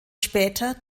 später